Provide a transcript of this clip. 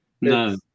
No